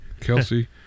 Kelsey